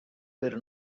were